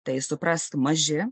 tai suprask maži